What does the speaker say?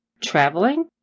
traveling